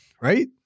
right